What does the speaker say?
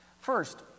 First